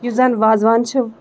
یُس زَن وازوان چھِ